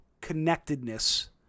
connectedness